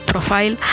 Profile